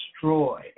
destroy